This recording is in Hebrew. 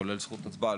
כולל זכות הצבעה,